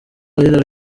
hillary